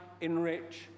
enrich